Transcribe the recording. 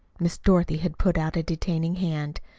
miss dorothy had put out a detaining hand.